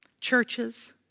Churches